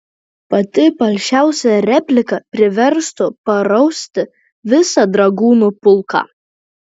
pati palšiausia replika priverstų parausti visą dragūnų pulką